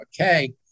Okay